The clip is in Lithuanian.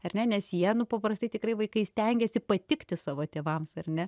ar ne nes jie nu paprastai tikrai vaikai stengiasi patikti savo tėvams ar ne